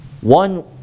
one